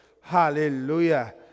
Hallelujah